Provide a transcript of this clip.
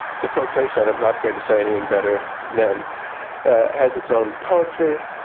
the quotation, i'm not going to say anything better than has its own poetry.